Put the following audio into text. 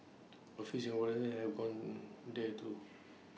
A few Singaporeans have gone there too